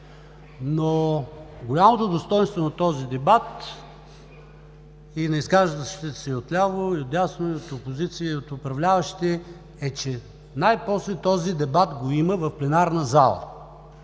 но голямото достойнство на този дебат и на изказващите се от ляво и от дясно, и от опозиция, и от управляващи е, че най-после този дебат го има в пленарната зала.